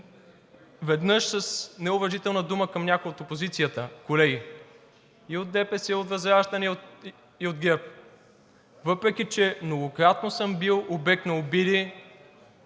веднъж с неуважителна дума към някого от опозицията, колеги, и от ДПС, и от ВЪЗРАЖДАНЕ, и от ГЕРБ. Въпреки че многократно съм бил обект на обиди,